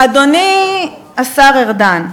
אדוני, השר ארדן,